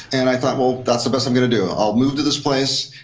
and i thought, well, that's the best i'm going to do. i'll move to this place,